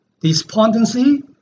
despondency